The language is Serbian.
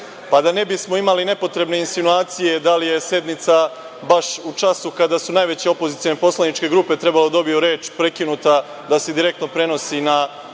Da ne bismo imali nepotrebne insinuacije da li je sednica baš u času kada su najveće opozicione poslaničke grupe trebale da dobiju reč prekinuta da se direktno prenosi na